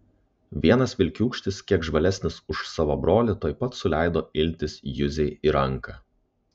vienas vilkiūkštis kiek žvalesnis už savo brolį tuoj pat suleido iltis juzei į ranką